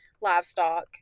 livestock